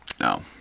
No